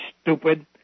stupid